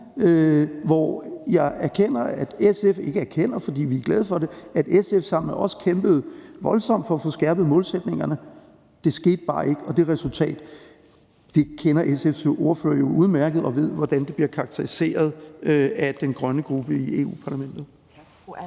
hvor jeg erkender, nej, ikke erkender, men er glad for, for det er vi er glade for, at SF sammen med os kæmpede voldsomt for at få skærpet målsætningerne. Det skete bare ikke, og det resultat kender SF's ordfører jo udmærket til og ved, hvordan det bliver karakteriseret af den grønne gruppe i Europa-Parlamentet.